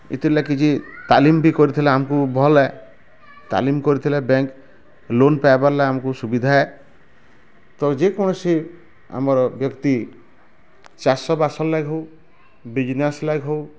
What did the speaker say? ଏଥିରଲାଗି ଯେ ତାଲିମ୍ ବି କରିଥିଲା ଆମକୁ ଭଲେ ତାଲିମ୍ କରିଥିଲା ବ୍ୟାଙ୍କ ଲୋନ୍ ପାଇବାର ଲା ଆମକୁ ସୁବିଧା ତ ଯେକୌଣସି ଆମର ବ୍ୟକ୍ତି ଚାଷବାସଲେ ହଉ ବିଜିନେସ୍ ଲାଗି ହଉ